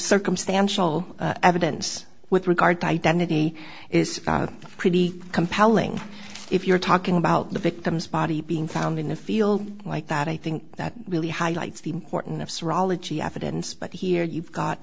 circumstantial evidence with regard to identity is pretty compelling if you're talking about the victim's body being found in a field like that i think that really highlights the importance of evidence but here you've got